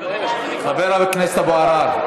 חבר הכנסת אבו עראר,